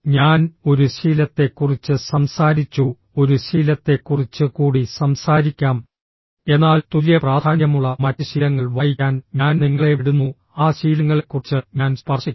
ഞാൻ ഒരു ശീലത്തെക്കുറിച്ച് സംസാരിച്ചു ഒരു ശീലത്തെക്കുറിച്ച് കൂടി സംസാരിക്കാം എന്നാൽ തുല്യ പ്രാധാന്യമുള്ള മറ്റ് ശീലങ്ങൾ വായിക്കാൻ ഞാൻ നിങ്ങളെ വിടുന്നു ആ ശീലങ്ങളെക്കുറിച്ച് ഞാൻ സ്പർശിക്കാം